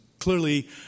clearly